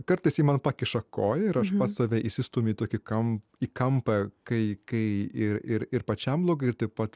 kartais ji man pakiša koją ir aš pats save išsistūmė tokį kam į kampą kai kai ir ir ir pačiam blogai ir taip pat